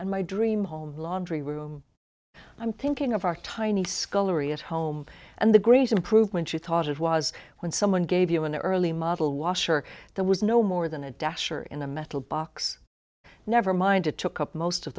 and my dream home laundry room i'm thinking of our tiny scullery at home and the great improvements you thought it was when someone gave you an early model washer there was no more than a dash or in a metal box nevermind it took up most of